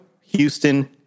Houston